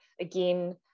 again